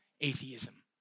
atheism